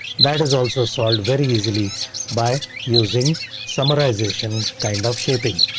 that is also solved very easily by using summarization kind of shaping.